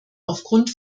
aufgrund